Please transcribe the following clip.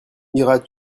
iras